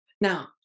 Now